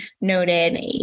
noted